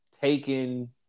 taken